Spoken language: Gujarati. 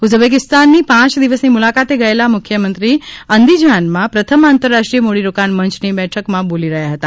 ઉઝબેકીસ્તાનની પાંચ દિવસની મુલાકાતે ગયેલા મુખ્યમંત્રી અંદિજાનમાં પ્રથમ આંતરરાષ્ટ્રીય મૂડીરોકાણ મંયની બેઠકમાં બોલી રહ્યા હતા